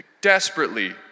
desperately